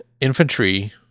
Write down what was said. infantry